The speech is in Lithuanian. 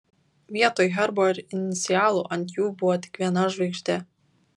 vietoj herbo ir inicialų ant jų buvo tik viena žvaigždė